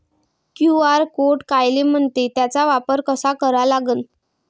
QR code कायले म्हनते, त्याचा वापर कसा करा लागन?